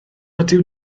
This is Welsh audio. ydyw